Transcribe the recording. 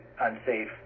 unsafe